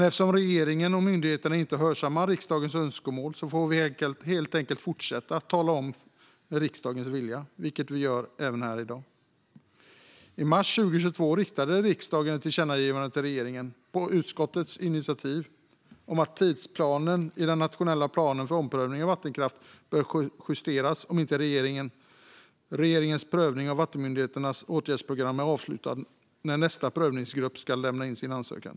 Eftersom regeringen och myndigheterna inte hörsammar riksdagens önskemål får vi helt enkelt fortsätta att tala om riksdagens vilja, vilket vi gör även här i dag. I mars 2022 riktade riksdagen på utskottets initiativ ett tillkännagivande till regeringen om att tidsplanen i den nationella planen för omprövning av vattenkraft bör justeras om regeringens prövning av vattenmyndigheternas åtgärdsprogram inte är avslutad när nästa prövningsgrupp ska lämna in sina ansökningar.